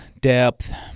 depth